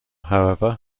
however